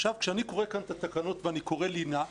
עכשיו, כשאני קורא כאן את התקנות ואני קורא לינה,